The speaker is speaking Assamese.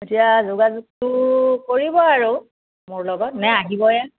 এতিয়া যোগাযোগটো কৰিব আৰু মোৰ লগত নে আহিবই